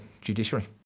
judiciary